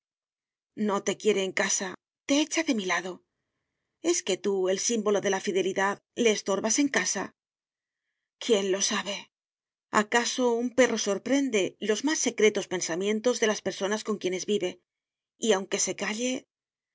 no te quiere en casa te echa de mi lado es que tú el símbolo de la fidelidad le estorbas en casa quién lo sabe acaso un perro sorprende los más secretos pensamientos de las personas con quienes vive y aunque se calle